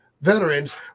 veterans